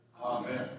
Amen